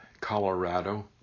Colorado